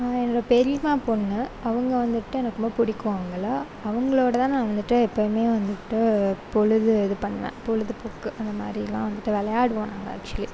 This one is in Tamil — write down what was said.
என்னோட பெரியம்மா பொண்ணு அவங்க வந்துவிட்டு எனக்கு ரொம்ப பிடிக்கும் அவங்கள அவங்களோட தான் நான் வந்துவிட்டு எப்பயுமே வந்துவிட்டு பொழுது இது பண்ணுவேன் பொழுதுபோக்கு அந்தமாதிரிலாம் வந்துவிட்டு விளையாடுவோம் நாங்கள் ஆக்ஷுவலி